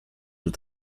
with